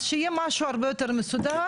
אז שיהיה משהו הרבה יותר מסודר,